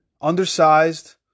undersized